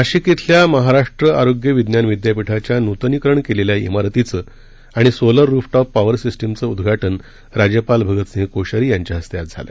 नाशिक धिल्या महाराष्ट्र आरोग्य विज्ञान विद्यापीठाच्या नूतनीकरण केलेल्या धिरतीचं आणि सोलर रुफटॉप पॉवर सिस्टीमचं उद्घाटन राज्यपाल भगतसिंह कोश्यारी यांच्या हस्ते आज झालं